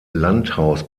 landhaus